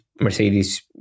Mercedes